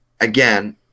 again